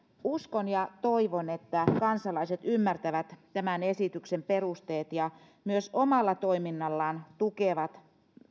uskon ja toivon että kansalaiset ymmärtävät tämän esityksen perusteet ja myös omalla toiminnallaan tukevat